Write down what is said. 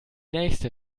nächste